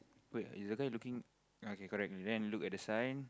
wait is the guy looking okay correct ah then look at the sign